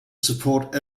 support